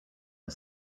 are